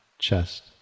Chest